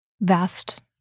Vast